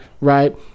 right